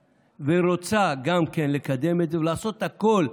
וגם רוצה לקדם את זה ולעשות הכול,